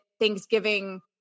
Thanksgiving